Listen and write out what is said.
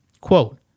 Quote